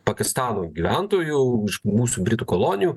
pakistano gyventojų už mūsų britų kolonijų